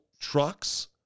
trucks